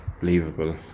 Believable